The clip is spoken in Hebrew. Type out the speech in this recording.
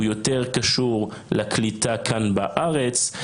הוא יותר קשור לקליטה כאן בארץ,